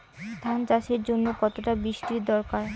ধান চাষের জন্য কতটা বৃষ্টির দরকার?